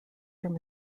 from